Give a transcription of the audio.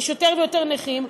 יש יותר ויותר נכים,